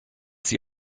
sie